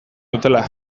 dutela